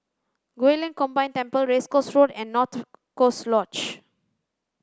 Guilin Combined Temple Race Course Road and North Coast Lodge